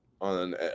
on